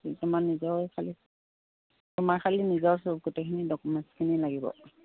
তোমাৰ নিজৰ খালি তোমাৰ খালি নিজৰ সব গোটেইখিনি ডকুমেণ্টছখিনি লাগিব